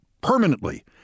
permanently